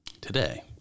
today